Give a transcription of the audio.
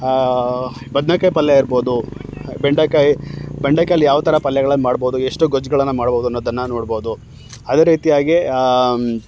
ಆ ಬದ್ನೆಕಾಯಿ ಪಲ್ಯ ಇರ್ಬೋದು ಬೆಂಡೆಕಾಯಿ ಬೆಂಡೆಕಾಯಲ್ಲಿ ಯಾವ ಥರ ಪಲ್ಯಗಳನ್ನು ಮಾಡ್ಬೋದು ಎಷ್ಟು ಗೊಜ್ಜುಗಳನ್ನು ಮಾಡ್ಬೋದು ಅನ್ನೋದನ್ನು ನೋಡ್ಬೋದು ಅದೇ ರೀತಿಯಾಗಿ ಆ